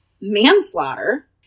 manslaughter